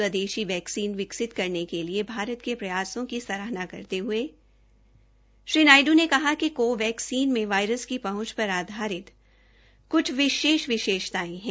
स्वेदशी vaccine विकसित करने के लिए भारत के प्रयासों की सराहना करते ह्ये श्री नायडू ने कहा कि को वैक्सीन में वायरस की पहुंच पर आधारित क्छ विलक्षण विशेषतायें है